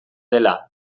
dela